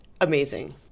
amazing